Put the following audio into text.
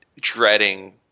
dreading –